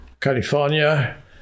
California